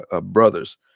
brothers